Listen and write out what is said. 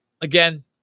again